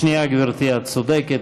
שנייה, גברתי, את צודקת.